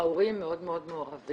ההורים מאוד מעורבים.